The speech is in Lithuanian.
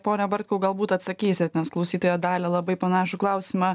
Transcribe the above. pone bartkau galbūt atsakysit nes klausytoja dalia labai panašų klausimą